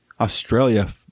australia